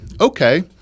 okay